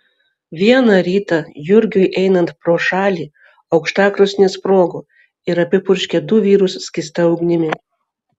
vieną rytą jurgiui einant pro šalį aukštakrosnė sprogo ir apipurškė du vyrus skysta ugnimi